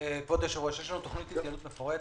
יש לנו תוכנית מפורטת.